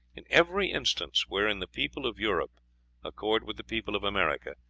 in every instance wherein the people of europe accord with the people of america,